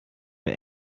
mir